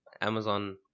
amazon